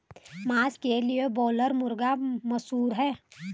मांस के लिए ब्रायलर मुर्गा मशहूर है